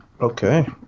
Okay